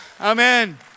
Amen